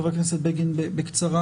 חבר הכנסת בגין בקצרה,